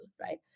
right